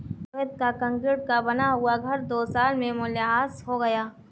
रोहित का कंक्रीट का बना हुआ घर दो साल में मूल्यह्रास हो गया